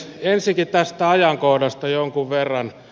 ensinnäkin tästä ajankohdasta jonkun verran